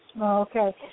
Okay